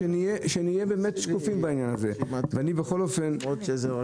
גם עכשיו אני